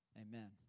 Amen